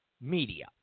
media